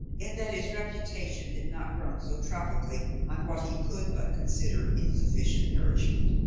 and that his reputation had not grown so tropically on what he could but consider insufficient nourishment.